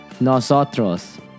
Nosotros